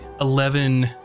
eleven